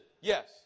yes